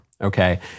okay